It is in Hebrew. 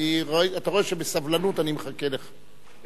אתה רואה שבסבלנות אני מחכה לך.